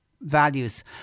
values